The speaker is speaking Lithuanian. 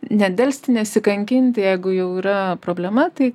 nedelsti nesikankinti jeigu jau yra problema tai